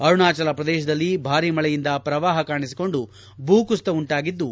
ಅರುಣಾಚಲ ಪ್ರದೇಶದಲ್ಲಿ ಭಾರಿ ಮಳೆಯಿಂದ ಪ್ರವಾಹ ಕಾಣಿಸಿಕೊಂಡು ಭೂ ಕುಸಿತ ಉಂಟಾಗಿದ್ದು